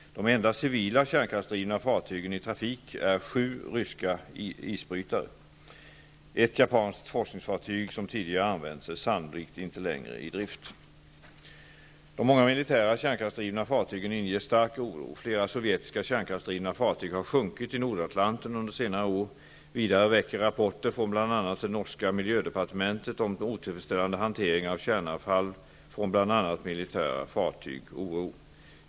De enda civila kärnkraftsdrivna fartygen i trafik är sju ryska isbrytare. Ett japanskt forskningsfartyg, som tidigare använts, är sannolikt inte längre i drift. De många militära kärnkraftsdrivna fartygen inger stark oro. Flera sovjetiska kärnkraftsdrivna fartyg har sjunkit i Nordatlanten under senare år. Vidare väcker rapporter från bl.a. det norska miljödepartementet om otillfredställande hantering av kärnavfall från bl.a. militära fartyg oro.